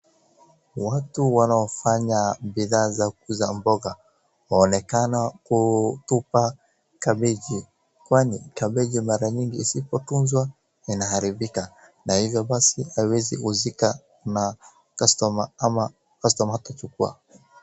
Watu wanaofanya bidhaa za kuuza mboga waonekana kuutupa kabeji kwani kabeji mara nyingi isipotunzwa inaharibika na hivyo basi haiwezi uzika na customer ama customer akichukua.